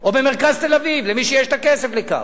או במרכז תל-אביב, למי שיש לו הכסף לכך.